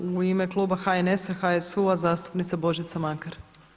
U ime kluba HNS-a, HSU-a zastupnica Božica Makar.